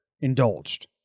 indulged